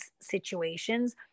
situations